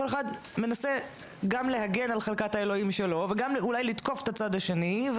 וכל אחד מנסה גם להגן על חלקת האלוקים שלו וגם אולי לתקוף את הצד השני,